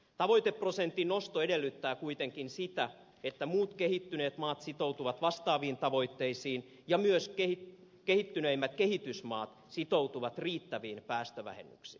tavoiteprosentin nosto edellyttää kuitenkin sitä että muut kehittyneet maat sitoutuvat vastaaviin tavoitteisiin ja myös kehittyneimmät kehitysmaat sitoutuvat riittäviin päästövähennyksiin